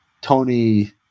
Tony